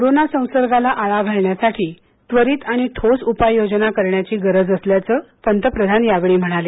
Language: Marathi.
कोरोना संसर्गाला आळा घालण्यासाठी त्वरित आणि ठोस उपाययोजना करण्याची गरज असल्याचे पंतप्रधान यावेळी म्हणाले